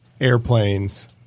airplanes